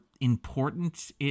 important